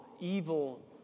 evil